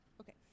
Okay